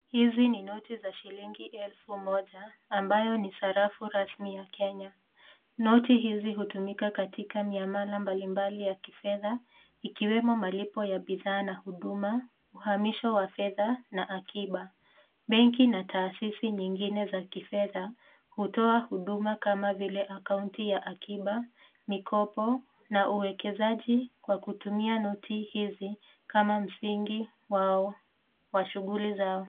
Hizi ni no to za shiringi elfu Moja, ambazo Niza kenya, notice hizi hutumika katika njia mbali mbali za kifedha, ikiwemo malipo ya bidhaa na huduma, na akina. benki na tahasisi zingine za kifedha hutoa huduma kama vile akauti za akiba, mikopo na uwekezaji kwa kutumia notice hizi kama msingi wao wa shuguli zao.